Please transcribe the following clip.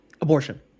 abortion